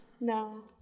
No